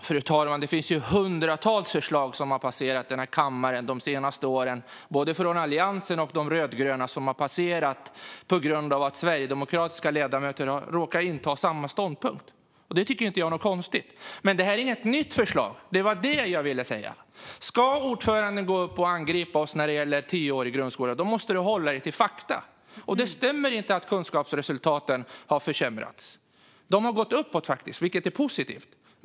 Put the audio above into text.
Fru talman! Hundratals förslag från både Alliansen och de rödgröna har passerat kammaren de senaste åren genom att de sverigedemokratiska ledamöterna har råkat inta samma ståndpunkt. Det tycker jag inte är något konstigt. Detta handlar dock inte om något nytt förslag. Det var vad jag ville säga. Om ordföranden ska angripa oss när det gäller tioårig grundskola måste hon hålla sig till fakta. Det stämmer inte att kunskapsresultaten har försämrats. De har faktiskt gått upp, vilket är positivt.